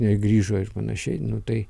negrįžo ir panašiai nu tai